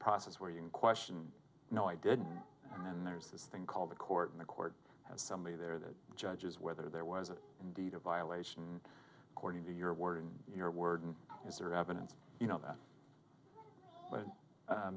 process where you can question no i didn't and then there's this thing called the court and the court has somebody there that judges whether there was indeed a violation according to your word and your word is there evidence you know that b